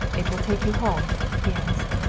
it will take you home? he asked.